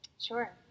Sure